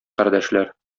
кардәшләр